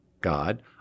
God